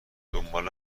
دنبال